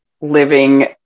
living